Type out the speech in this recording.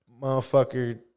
motherfucker